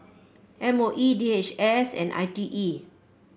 M O E D H S and I T E